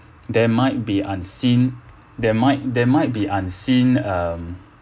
there might be unseen there might there might be unseen um